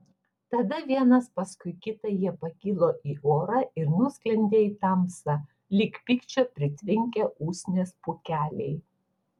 tada vienas paskui kitą jie pakilo į orą ir nusklendė į tamsą lyg pykčio pritvinkę usnies pūkeliai